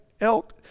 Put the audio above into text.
elk